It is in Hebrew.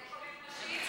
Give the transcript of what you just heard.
זה כולל נשים?